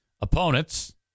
Opponents